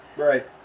Right